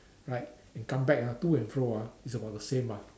right and come back ah to and fro ah it's about the same mah